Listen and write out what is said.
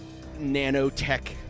nanotech